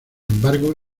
embargo